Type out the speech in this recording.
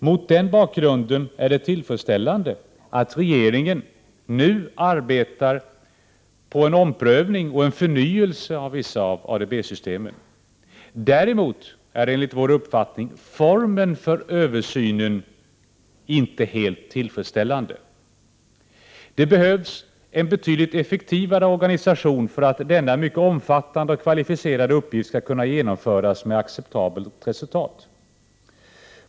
Mot denna bakgrund är det tillfredsställande att regeringen nu arbetar på en omprövning och förnyelse av vissa ADB-system. Däremot är enligt vår uppfattning formen för översynen inte helt tillfredsställande. Det behövs en betydligt effektivare organisation för att denna mycket 119 omfattande och kvalificerade uppgift skall kunna genomföras med acceptabelt resultat.